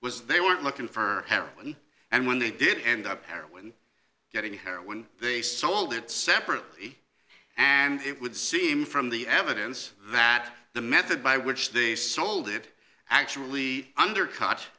was they weren't looking for heroin and when they did end up heroin getting here when they sold it separately and it would seem from the evidence that the method by which they sold it actually under